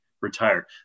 retire